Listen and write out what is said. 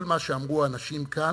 כל מה שאמרו אנשים כאן,